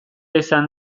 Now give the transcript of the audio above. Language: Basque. izan